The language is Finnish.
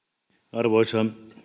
arvoisa